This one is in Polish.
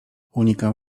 unikam